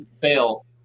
fail